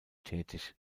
tätig